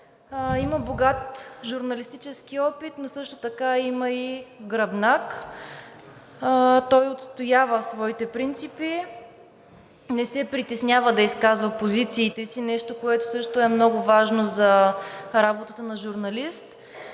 Има богат журналистически опит, но също така има и гръбнак. Той отстоява своите принципи, не се притеснява да изказва позициите си – нещо, което също е много важно за работата на журналист.